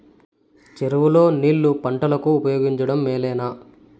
చెరువు లో నీళ్లు పంటలకు ఉపయోగించడం మేలేనా?